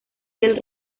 del